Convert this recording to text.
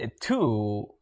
two